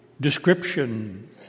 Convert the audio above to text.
description